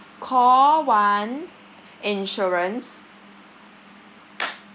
call one insurance